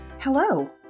Hello